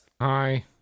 Hi